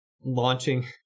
launching